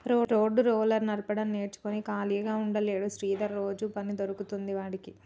road roller నడపడం నేర్చుకుని ఖాళీగా ఉంటలేడు శ్రీధర్ రోజు పని దొరుకుతాంది వాడికి